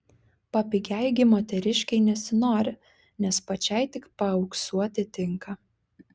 papigiai gi moteriškei nesinori nes pačiai tik paauksuoti tinka